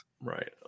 Right